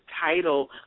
title